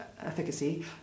efficacy